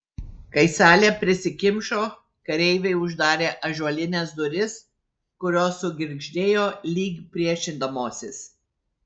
kai salė prisikimšo kareiviai uždarė ąžuolines duris kurios sugirgždėjo lyg priešindamosis